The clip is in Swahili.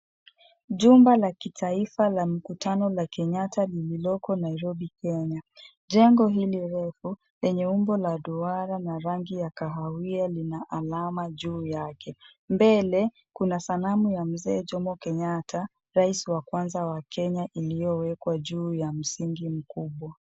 Jumba la kitaifa la mkutano la Kenyatta lililoko Nairobi Kenya. Jengo hili refu, lenye umbo la duara na rangi ya kahawia lina alama juu yake. Mbele, kuna sanamu ya Mzee Jomo Kenyatta, rais wa kwanza wa kenya, iliyowekwa juu ya msingi mkubwa.